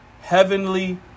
heavenly